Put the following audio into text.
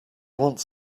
wants